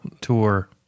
tour